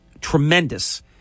Tremendous